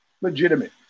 Legitimate